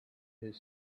his